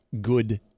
good